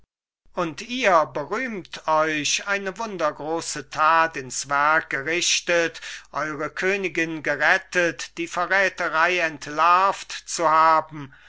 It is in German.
und ihr berühmt euch eine wundergroße tat ins werk gerichtet eure königin gerettet die verräterei entlarvt zu haben